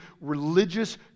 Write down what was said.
religious